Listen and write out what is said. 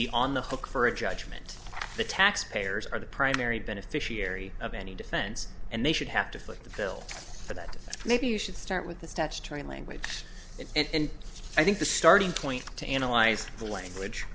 be on the hook for a judgment the tax payers are the primary beneficiary of any defense and they should have to foot the bill for that maybe you should start with the statutory language and i think the starting point to analyze the language